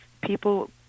people